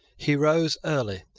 he rose early,